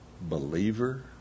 believer